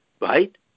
right